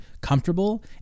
comfortable